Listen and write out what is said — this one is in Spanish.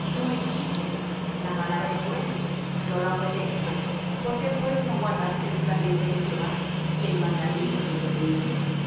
y tú me dijiste la palabra es buena yo la obedezco por qué pues no guardaste el juramento de jehová y el mandamiento que yo te impuse